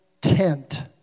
tent